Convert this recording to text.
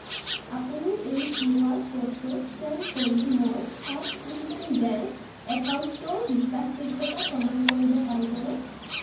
আপুনি এই Q R ক'ডটো স্কেন কৰি মোৰ সাউথ ইণ্ডিয়ান বেংক একাউণ্টটোৰ বিশ্বাসযোগ্যতা প্ৰমাণ কৰিব পাৰিবনে